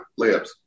layups